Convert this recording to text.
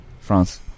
France